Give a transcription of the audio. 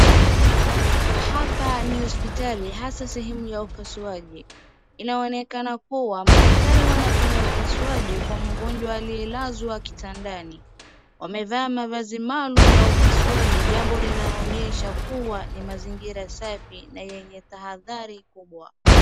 Hapa ni hospitali hasa sehemu ya upasuaji. Inaonekana kuwa madaktari wanafanya upasuaji kwa mgonjwa aliyelazwa kitandani. Wamevaa mavazi maalum ya upasuaji, jambo linaloonyesha kuwa ni mazingira safi na yenye tahadhari kubwa.